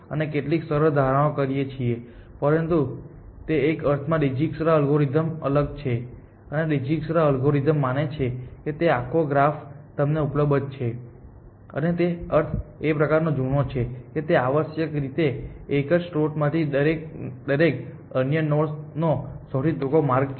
અમે કેટલીક સરળ ધારણાઓ કરીએ છીએ પરંતુ તે એક અર્થમાં ડિજક્સ્ટ્રા અલ્ગોરિધમથી અલગ છે અને ડિજક્સ્ટ્રા એલ્ગોરિધમ માને છે તે આખો ગ્રાફ તમને ઉપલબ્ધ છે અને તે અર્થમાં એક પ્રકારનો જૂનો છે કે તે આવશ્યકરીતે એક જ સ્ત્રોતમાંથી દરેક અન્ય નોડ નો સૌથી ટૂંકો માર્ગ શોધે છે